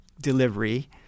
delivery